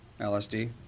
LSD